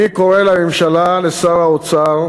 אני קורא לממשלה, לשר האוצר,